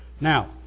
Now